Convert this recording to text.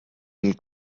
and